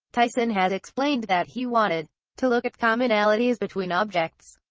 tyson has explained that he wanted to look at commonalities between objects,